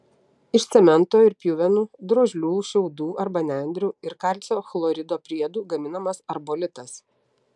iš cemento ir pjuvenų drožlių šiaudų arba nendrių ir kalcio chlorido priedų gaminamas arbolitas